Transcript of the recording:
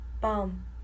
bum